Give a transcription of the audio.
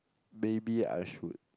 maybe I should